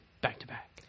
back-to-back